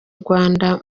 rwanda